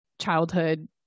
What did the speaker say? childhood